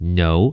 no